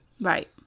Right